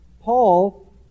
Paul